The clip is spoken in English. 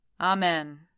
Amen